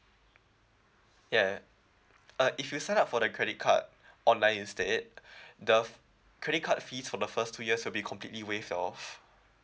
ya uh if you sign up for the credit card online instead the credit card fees for the first two years will be completely waived off